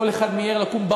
כל אחד מיהר לקום,